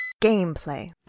Gameplay